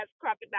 crocodile